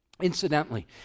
Incidentally